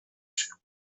się